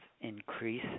increase